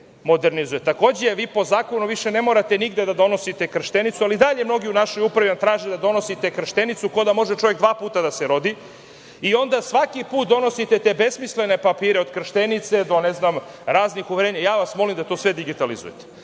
po zakonu više ne morate nigde da donosite krštenicu, ali i dalje mnogi u našoj upravi vam traže da donosite krštenicu, kao da čovek može dva puta da se rodi i onda svaki put donosite te besmislene papire od krštenice, te ne znam, do raznih uverenja. Molim vas da to sve digitalizujete